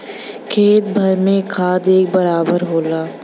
खेत भर में खाद एक बराबर होला